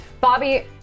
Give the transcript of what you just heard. Bobby